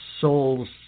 soul's